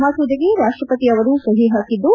ಮಸೂದೆಗೆ ರಾಷ್ಷಪತಿ ಅವರು ಸಹಿ ಹಾಕಿದ್ದು